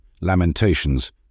lamentations